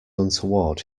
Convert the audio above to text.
untoward